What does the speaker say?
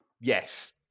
yes